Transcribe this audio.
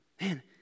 Man